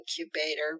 incubator